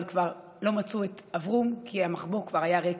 אבל כבר לא מצאו את אברום, המחבוא כבר היה ריק.